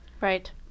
Right